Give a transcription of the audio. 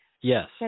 Yes